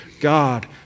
God